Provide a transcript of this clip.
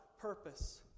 purpose